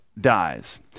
dies